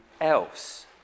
else